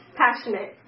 passionate